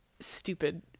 stupid